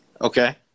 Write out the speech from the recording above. Okay